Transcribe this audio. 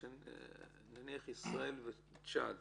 נניח ישראל וצ'אד